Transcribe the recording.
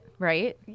Right